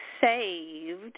saved